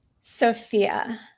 Sophia